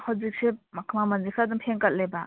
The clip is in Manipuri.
ꯍꯧꯖꯤꯛꯁꯦ ꯃꯃꯜꯁꯦ ꯈꯔ ꯑꯗꯨꯝ ꯍꯦꯟꯀꯠꯂꯦꯕ